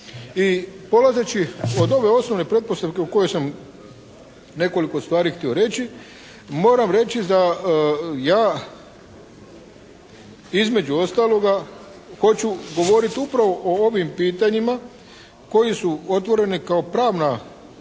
I polazeći od ove osnovne pretpostavke o kojoj sam nekoliko stvari htio reći, moram reći da ja između ostaloga hoću govoriti upravo o ovim pitanjima koji su otvoreni kao pravne